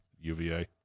UVA